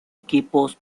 equipos